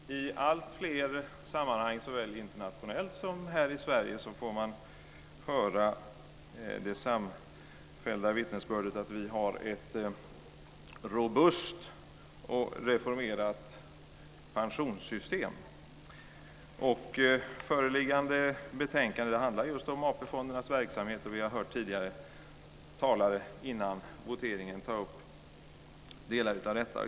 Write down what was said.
Fru talman! I alltfler sammanhang såväl internationellt som här i Sverige får man höra det samfällda vittnesbördet att vi har ett robust och reformerat pensionssystem. Föreliggande betänkande handlar just om AP-fondernas verksamhet, och vi hörde före voteringen andra talare ta upp detta.